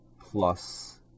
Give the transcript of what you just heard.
plus